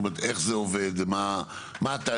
איך זה עובד ומה התהליך?